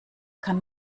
kann